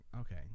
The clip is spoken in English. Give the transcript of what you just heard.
okay